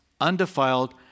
undefiled